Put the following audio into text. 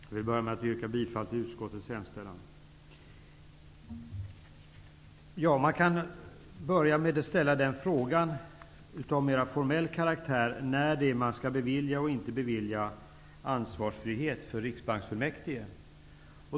Herr talman! Jag vill börja med att yrka bifall till utskottets hemställan. Man kan ställa den formella frågan när man skall bevilja och när man inte skall bevilja ansvarsfrihet för Riksbanksfullmäktige.